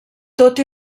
tot